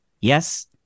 Yes